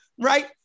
right